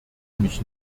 mich